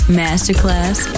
masterclass